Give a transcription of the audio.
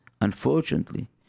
unfortunately